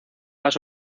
las